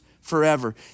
forever